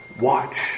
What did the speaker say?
watch